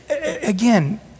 again